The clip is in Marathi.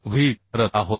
गृहीत धरत आहोत